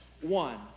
one